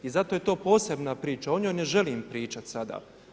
I zato je to posebna priča o njoj ne želim pričati sada.